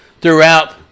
Throughout